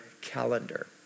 calendar